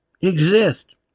exist